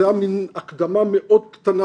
זו הייתה מין הקדמה מאוד קטנה,